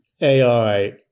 AI